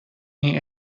این